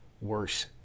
worse